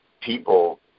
people